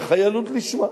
בחיילות לשמה.